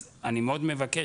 אז אני מאוד מבקש,